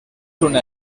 una